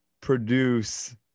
Produce